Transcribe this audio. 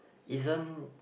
isn't